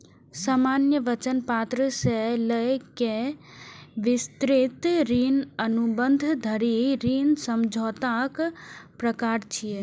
सामान्य वचन पत्र सं लए कए विस्तृत ऋण अनुबंध धरि ऋण समझौताक प्रकार छियै